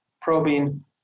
probing